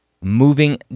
moving